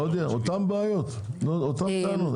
לא יודע, אותן בעיות, אותן טענות.